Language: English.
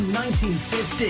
1950